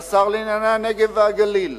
לשר לענייני הנגב והגליל,